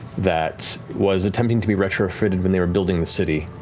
that was attempted to be retrofitted when they were building the city,